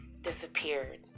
disappeared